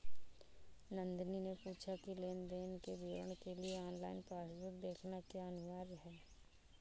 नंदनी ने पूछा की लेन देन के विवरण के लिए ऑनलाइन पासबुक देखना क्या अनिवार्य है?